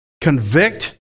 convict